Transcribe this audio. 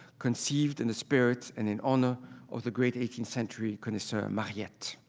conceived in the spirit and in honor of the great eighteenth century connoisseur, mariette.